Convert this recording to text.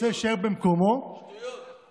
שרוצה להישאר במקומו, שטויות, שטויות.